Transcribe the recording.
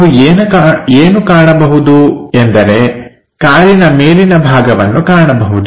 ನಾವು ಏನು ಕಾಣಬಹುದು ಎಂದರೆ ಕಾರಿನ ಮೇಲಿನ ಭಾಗವನ್ನು ಕಾಣಬಹುದು